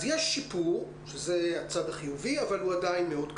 אז יש שיפור, שזה הצד החיובי, אבל הוא מאוד קטן.